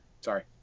sorry